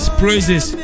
praises